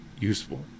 useful